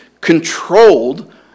controlled